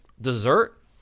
Dessert